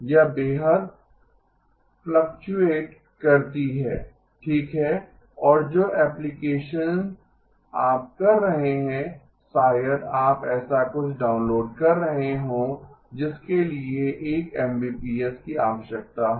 यह बेहद फ्लक्टुएट करती है ठीक है और जो एप्लीकेशन आप कर रहे हैं शायद आप ऐसा कुछ डाउनलोड कर रहे हों जिसके लिए 1 Mbps की आवश्यकता हो